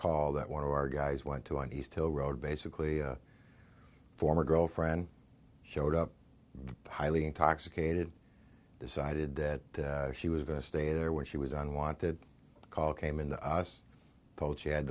call that want to our guys went to and he still rode basically former girlfriend showed up highly intoxicated decided that she was going to stay there when she was on wanted call came in the us both she had